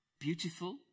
beautiful